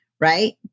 right